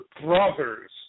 brother's